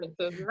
right